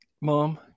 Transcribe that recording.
Mom